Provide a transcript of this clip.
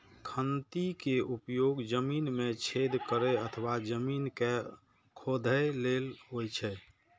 खंती के उपयोग जमीन मे छेद करै अथवा जमीन कें खोधै लेल होइ छै